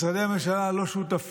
משרדי הממשלה כבר לא שותפים,